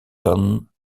kon